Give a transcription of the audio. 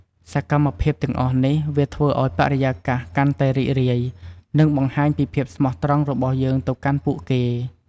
សកម្មភាពទាំងអស់នេះ វាធ្វើឱ្យបរិយាកាសកាន់តែរីករាយ និងបង្ហាញពីភាពស្មោះត្រង់របស់យើងទៅកាន់ពួកគេ។